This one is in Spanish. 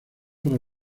para